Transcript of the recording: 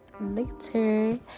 later